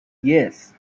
yes